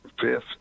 fifth